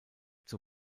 zur